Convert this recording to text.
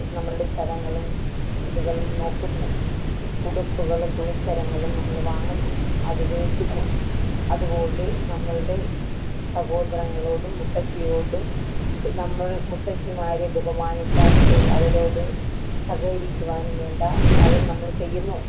നമ്മളുടെ സ്ഥലങ്ങളും ഇതുകളും നോക്കുന്നു ഉടുപ്പുകളും തുണിത്തരങ്ങളും നമ്മൾ വാങ്ങുന്നു അതുപയോഗിക്കുന്നു അതുപോലെ നമ്മളുടെ സഹോദരങ്ങളോടും മുത്തശ്ശിയോടും നമ്മൾ മുത്തശ്ശിമാരെ ബഹുമാനിക്കാനും അവരോട് സഹരിക്കുവാനും വേണ്ട അത് നമ്മൾ ചെയ്യുന്നു